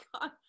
God